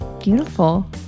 beautiful